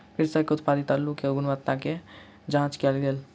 कृषक के उत्पादित अल्लु के गुणवत्ता के जांच कएल गेल